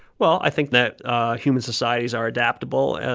well i think that human societies are adaptable, and